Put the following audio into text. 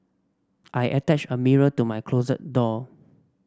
I attached a mirror to my closet door